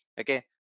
Okay